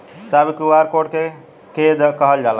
साहब इ QR code के के कहल जाला?